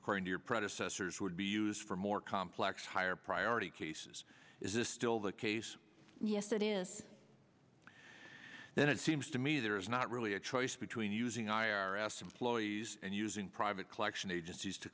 in your predecessors would be used for more complex higher priority cases is this still the case yes it is then it seems to me there is not really a choice between using i r s employees and using private collection agencies to